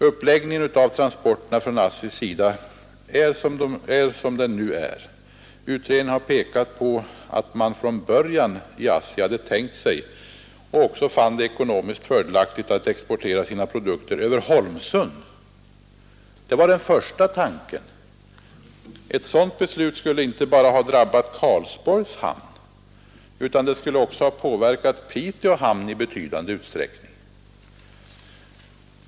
Uppläggningen av transporterna från ASSI:s sida är som den nu är. Utredningen har pekat på att man från början i ASSI hade tänkt sig och också fann det ekonomiskt fördelaktigt att exportera sina produkter över Holmsund. Det var den första tanken. Ett sådant beslut skulle inte bara ha drabbat Karlsborgs hamn, utan det skulle också ha påverkat Piteå hamn i betydande utsträckning.